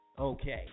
okay